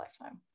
lifetime